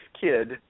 kid